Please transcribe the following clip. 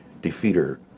defeater